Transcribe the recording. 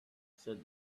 said